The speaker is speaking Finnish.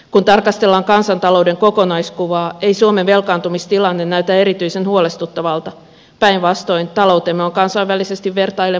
kun tarkastellaan kansantalouden kokonaiskuvaa ei suomen velkaantumistilanne näytä erityisen huolestuttavalta päinvastoin taloutemme on kansainvälisesti vertaillen pulskassa kunnossa